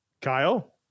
Kyle